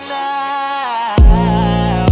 now